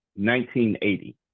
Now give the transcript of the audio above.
1980